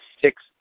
six